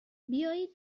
بیایید